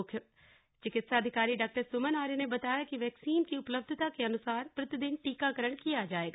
मुख्य चिकित्सधिकारी डॉ सुमन आर्य ने बताया कि वैक्सीन की उपलब्धता के अनुसार प्रतिदिन टीकाकरण किया जाएगा